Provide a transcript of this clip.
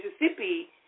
Mississippi